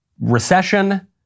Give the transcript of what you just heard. recession